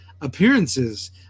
appearances